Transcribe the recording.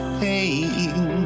pain